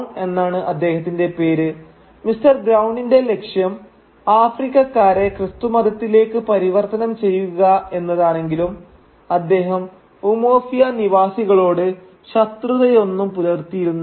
Brown എന്നാണ് അദ്ദേഹത്തിന്റെ പേര് മിസ്റ്റർ ബ്രൌണിന്റെ ലക്ഷ്യം ആഫ്രിക്കക്കാരെ ക്രിസ്തുമതത്തിലേക്ക് പരിവർത്തനം ചെയ്യുക എന്നതാണെങ്കിലും അദ്ദേഹം ഉമൊഫിയ നിവാസികളോട് ശത്രുതയൊന്നും പുലർത്തിയിരുന്നില്ല